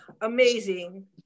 amazing